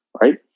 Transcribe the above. right